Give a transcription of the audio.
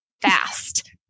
fast